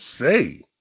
say